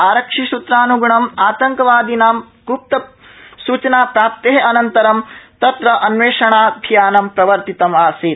आरक्षिसूत्रान्ग्णं आतंकवादिनां ग्प्तसूचनाप्राप्ते अनन्तरं तत्र अन्वेषणाभियानं प्रवर्तितम् आसीत्